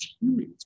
humans